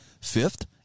Fifth